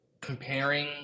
comparing